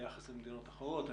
ביחס למדינות אחרות.